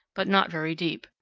but not very deep.